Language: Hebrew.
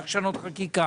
צריך לשנות חקיקה.